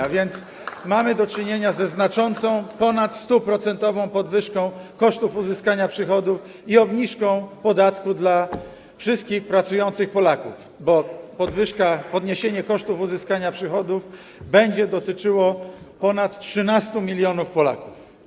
A więc mamy do czynienia ze znaczącą, ponad 100-procentową podwyżką kosztów uzyskania przychodów i obniżką podatku dla wszystkich pracujących Polaków, bo podniesienie kosztów uzyskania przychodów będzie dotyczyło ponad 13 mln Polaków.